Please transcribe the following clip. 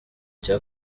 cya